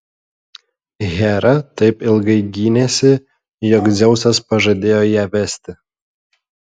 hera taip ilgai gynėsi jog dzeusas pažadėjo ją vesti